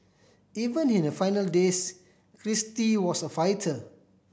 even in her final days Kristie was a fighter